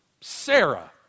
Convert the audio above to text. Sarah